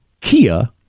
kia